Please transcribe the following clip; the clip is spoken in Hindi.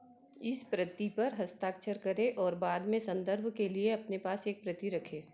इस प्रति पर हस्ताक्षर करें और बाद में संदर्भ के लिए अपने पास एक प्रति रखें